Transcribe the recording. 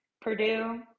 Purdue